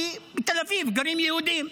כי בתל אביב גרים יהודים.